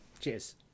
Cheers